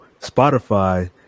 Spotify